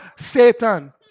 Satan